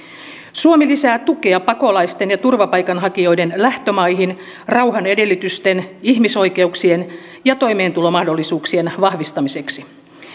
suomi lisää tukea pakolaisten ja turvapaikanhakijoiden lähtömaihin rauhan edellytysten ihmisoikeuksien ja toimeentulomahdollisuuksien vahvistamiseksi